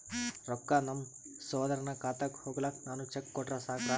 ರೊಕ್ಕ ನಮ್ಮಸಹೋದರನ ಖಾತಕ್ಕ ಹೋಗ್ಲಾಕ್ಕ ನಾನು ಚೆಕ್ ಕೊಟ್ರ ಸಾಕ್ರ?